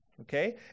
okay